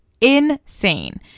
insane